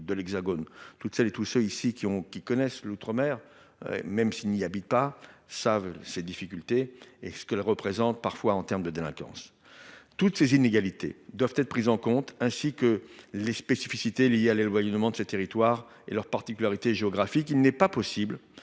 de l'Hexagone. Toutes celles et tous ceux qui connaissent ici l'outre-mer, même sans y habiter, savent ces difficultés et ce qu'elles représentent sur le plan de la délinquance. Toutes ces inégalités doivent être prises en compte, ainsi que les spécificités liées à l'éloignement de ces territoires et à leurs particularités géographiques. Il n'est pas possible